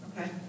Okay